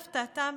להפתעתם,